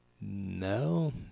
No